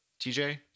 TJ